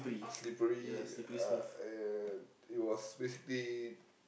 slippery uh and it was basically